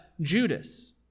Judas